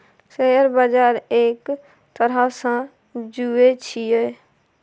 share बजार एक तरहसँ जुऐ छियै